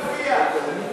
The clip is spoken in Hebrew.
לא מופיע.